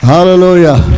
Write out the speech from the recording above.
Hallelujah